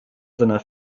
seiner